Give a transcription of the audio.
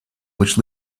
which